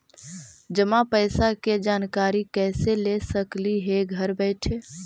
जमा पैसे के जानकारी कैसे ले सकली हे घर बैठे?